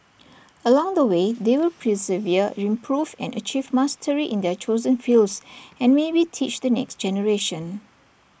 along the way they will persevere improve and achieve mastery in their chosen fields and maybe teach the next generation